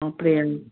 அப்படியா